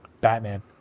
Batman